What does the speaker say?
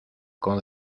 con